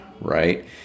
right